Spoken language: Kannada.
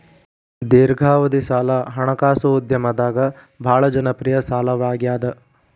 ದೇರ್ಘಾವಧಿ ಸಾಲ ಹಣಕಾಸು ಉದ್ಯಮದಾಗ ಭಾಳ್ ಜನಪ್ರಿಯ ಸಾಲವಾಗ್ಯಾದ